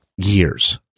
years